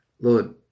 lord